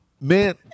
Man